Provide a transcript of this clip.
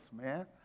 man